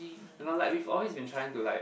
and I like we've always been trying to like